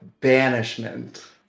banishment